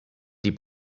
die